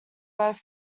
both